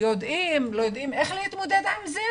יודעים או לא יודעים איך להתמודד עם זה,